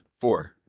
Four